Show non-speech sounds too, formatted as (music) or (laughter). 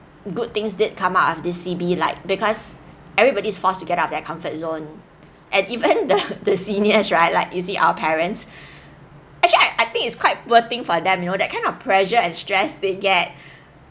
good things did come out of the C_B like because everybody's forced to get out of their comfort zone and even (laughs) the the senior right like you see our parents actually I I think it's quite poor thing for them you know that kind of pressure and stress they get